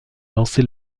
lancé